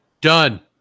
done